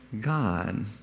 God